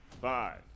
Five